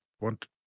want